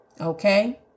Okay